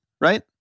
right